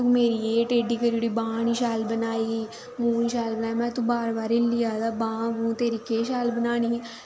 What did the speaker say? तूं मेरी एह् टेड़ी करी ओड़ी बांह् निं शैल बनाई मूंहा निं शैल बनाई तूं बार बार हिल्ली जा हा मूंह् त्री केह् शैल बनानी